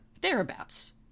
thereabouts